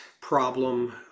problem